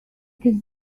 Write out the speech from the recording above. can